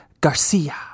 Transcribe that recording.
Garcia